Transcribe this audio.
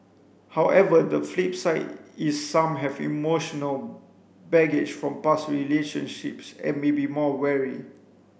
however the flip side is some have emotional baggage from past relationships and may be more wary